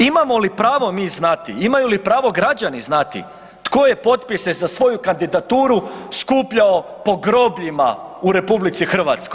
Imamo li pravo mi znati, imaju li pravo građani znati tko je potpise za svoju kandidaturu skupljao po grobljima u RH?